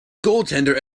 goaltender